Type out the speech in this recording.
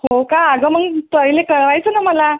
हो का अगं मग पहिले कळवायचं नं मला